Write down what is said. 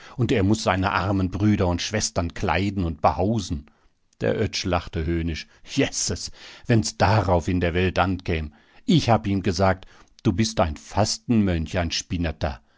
und er muß seine armen brüder und schwestern kleiden und behausen der oetsch lachte höhnisch jesses wenn's darauf in der welt ankäm ich hab ihm zugesagt du bist ein fastenmönch ein